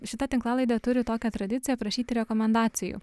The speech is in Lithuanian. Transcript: šita tinklalaidė turi tokią tradiciją prašyti rekomendacijų